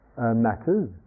matters